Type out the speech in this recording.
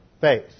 faith